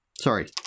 Sorry